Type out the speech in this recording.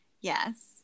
yes